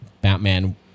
Batman